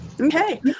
Okay